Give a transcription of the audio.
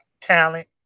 talent